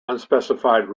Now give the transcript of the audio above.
unspecified